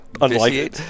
unlikely